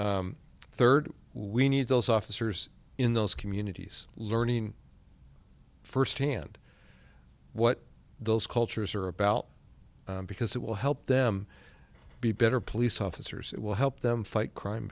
third we need those officers in those communities learning first hand what those cultures are about because it will help them be better police officers it will help them fight crime